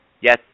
Yes